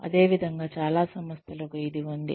అదేవిధంగా చాలా సంస్థలకు ఇది ఉంది